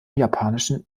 japanischen